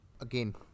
Again